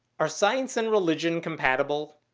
are science and religion compatible?